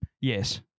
Yes